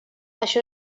això